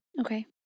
Okay